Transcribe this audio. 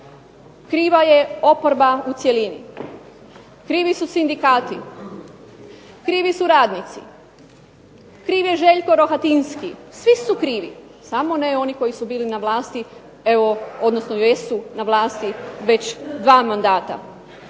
kriva je oporba u cjelini, krivi su sindikati, krivi su radnici, kriv je Željko Rohatinski, svi su krivi, samo ne oni koji su bili na vlasti evo, odnosno jesu na vlasti već dva mandata.